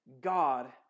God